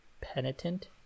Penitent